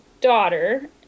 daughter